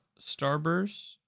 Starburst